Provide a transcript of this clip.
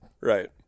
Right